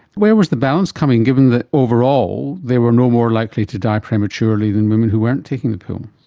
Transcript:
where was the balance coming given that overall they were no more likely to die prematurely than women who weren't taking the pill?